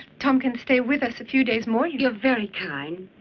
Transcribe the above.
tom can stay with us a few days more. you're very kind.